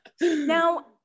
Now